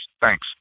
Thanks